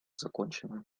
закончена